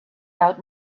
out